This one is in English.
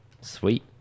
Sweet